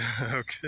Okay